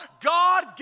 God